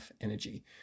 Energy